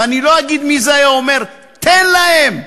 ואני לא אגיד מי היה אומר: תן להם.